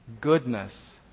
goodness